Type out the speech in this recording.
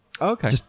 Okay